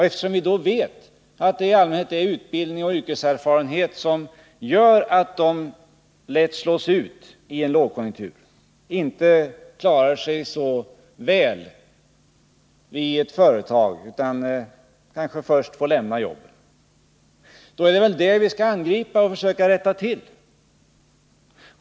Eftersom vi vet att det i allmänhet beror på bristande utbildning och yrkeserfarenhet att de lätt slås ut i en lågkonjunktur, inte klarar sig så väl vid ett företag, kanske är de första som får lämna jobbet, är det de sakerna vi skall angripa och försöka rätta till.